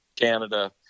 Canada